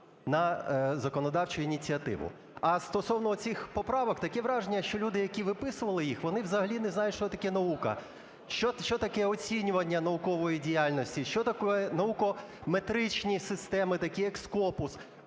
на законодавчу ініціативу. А стосовно оцих поправок. Таке враження, що люди, які виписували їх, вони взагалі не знають, що таке наука, що таке оцінювання наукової діяльності, що такенаукометричні системи, такі якScopus.